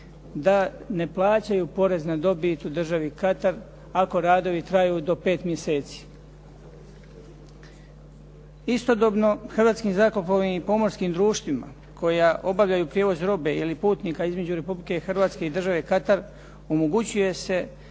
da ne plaćaju porez na dobit u državi Katar ako radovi traju do pet mjeseci. Istodobno, hrvatskim zrakoplovnim i pomorskim društvima koja obavljaju prijevoz robe ili putnika između Republike Hrvatske i države Katar omogućuje se